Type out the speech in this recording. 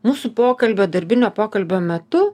mūsų pokalbio darbinio pokalbio metu